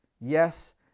Yes